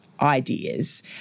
ideas